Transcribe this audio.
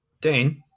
Dane